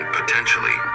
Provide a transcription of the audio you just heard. potentially